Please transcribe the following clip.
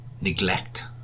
neglect